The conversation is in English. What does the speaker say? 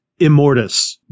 Immortus